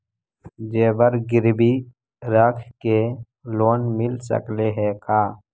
जेबर गिरबी रख के लोन मिल सकले हे का?